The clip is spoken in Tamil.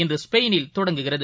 உலக ஸ்பெயினில் தொடங்குகிறது